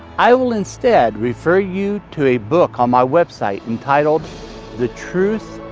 i will instead refer you to a book on my website entitled the truth,